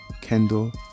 Kendall